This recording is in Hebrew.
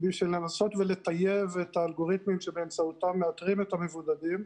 בשביל לנסות ולטייב את אלגוריתמים שבאמצעות מאתרים את הבודדים.